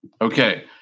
Okay